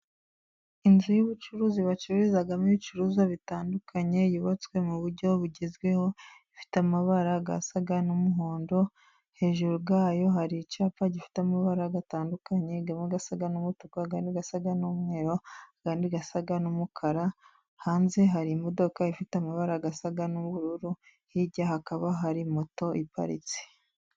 Inzu y'ubucuruzi bacururizamo ibicuruzwa bitandukanye, yubatswe mu buryo bugezweho ifite amabara asa n'umuhondo, hejuru yayo hari icyapa gifite amabara atandukanyemo asa n' umutuku asa n'umweru ayandi asa n'umukara hanze hari imodoka ifite amabara asa n'ubururu hirya hakaba hari moto iparitse.